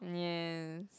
yes